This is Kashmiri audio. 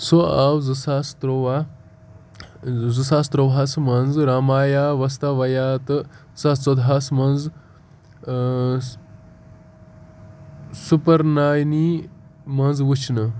سُہ آو زٕ ساس تُرٛوواہ زٕ ساس ترٛوہَس منٛز رامایا وستوَیا تہٕ زٕ ساس ژۄدہَس منٛز سُپرنانی منٛز وٕچھنہٕ